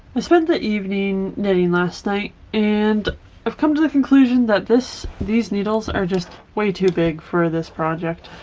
i spent the evening knitting last night and i've come to the conclusion that this these needles are just way too big for this project.